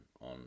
on